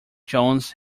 jones